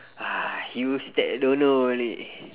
you step don't know only